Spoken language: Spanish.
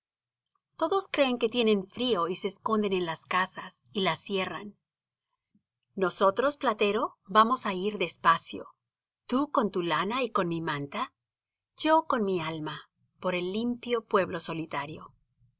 todos creen que tienen frío y se esconden en las casas y las cierran nosotros platero vamos á ir despacio tú con tu lana y con mi manta yo con mi alma por el limpio pueblo solitario